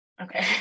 Okay